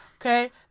Okay